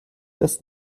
des